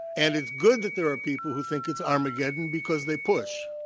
and it's good that there are people who think it's armageddon because they push.